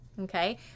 Okay